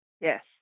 Yes